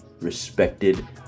respected